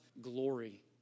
glory